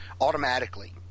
automatically